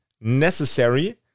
necessary